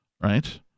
right